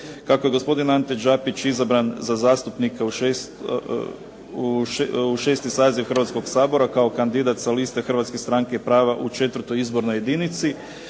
Kako je gospodin Ante Đapić izabran za zastupnika u 6. saziv Hrvatskog sabora kao kandidat sa liste Hrvatske stranke prava u 4. izbornoj jedinici,